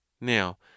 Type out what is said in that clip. now